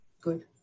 Good